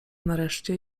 nareszcie